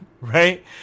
right